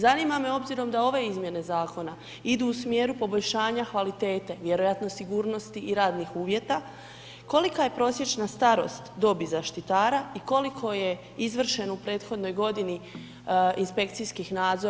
Zanima me obzirom da ove izmjene zakona idu u smjeru poboljšanja kvalitete vjerojatno sigurnosti i radnih uvjeta kolika je prosječna starost dobi zaštitara i koliko je izvršeno u prethodnoj godini inspekcijskih i zaštitarskih firmi.